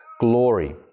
glory